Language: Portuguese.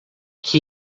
que